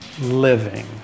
living